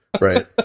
right